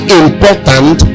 important